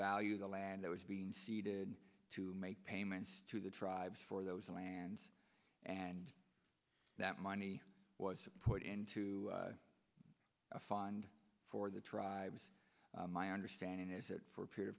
value the land that was being ceded to make payments to the tribes for those lands and that money was to put into a fund for the tribes my understanding is that for a period